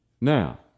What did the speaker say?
Now